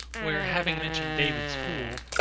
where, having mentioned david's fool,